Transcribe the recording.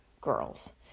girls